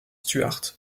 stuart